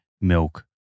milk